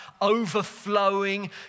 overflowing